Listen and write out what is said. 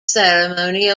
ceremony